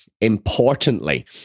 importantly